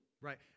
Right